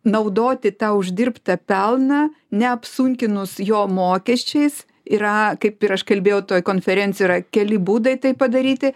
naudoti tą uždirbtą pelną neapsunkinus jo mokesčiais yra kaip ir aš kalbėjau toj konferencijoj yra keli būdai tai padaryti